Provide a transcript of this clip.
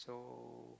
so